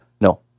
No